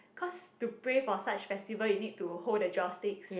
cause to pray for such festival you need to hold the joss sticks